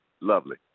lovely